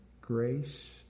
grace